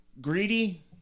Greedy